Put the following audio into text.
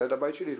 ליד הבית שלי.